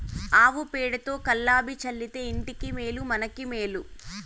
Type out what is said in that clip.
ఆవు పేడతో కళ్లాపి చల్లితే ఇంటికి మేలు మనకు మేలు